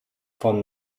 von